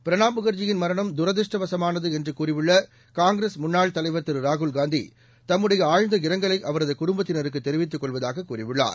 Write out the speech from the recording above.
பிரணாப் முகர்ஜியின் மரணம் துரதிருஷ்டவசமானது என்று கூறியுள்ள காங்கிரஸ் முன்னாள் தலைவா் திரு ராகுல்காந்தி தம்முடைய ஆழ்ந்த இரங்கலை அவரது குடும்பத்தினருக்கு தெரிவித்துக் கொள்வதாகக் கூறியுள்ளார்